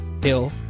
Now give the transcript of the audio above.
Hill